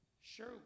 sure